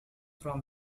from